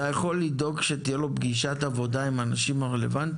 אתה יכול לדאוג לכך שתהיה לו פגישת עבודה עם האנשים הרלוונטיים?